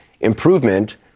improvement